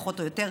פחות או יותר,